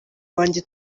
wanjye